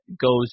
goes